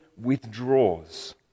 withdraws